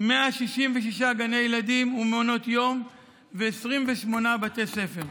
166 גני ילדים ומעונות יום ו-28 בתי ספר.